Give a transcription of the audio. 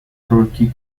turkey